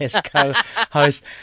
co-host